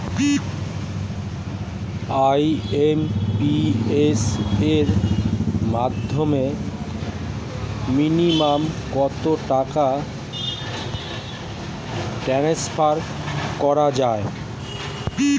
IMPS এর মাধ্যমে minimum কত টাকা ট্রান্সফার করা যায়?